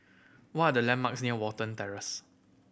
what landmarks near Watten Terrace